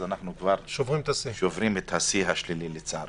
אז אנחנו כבר שוברים את השיא השלילי לצערנו.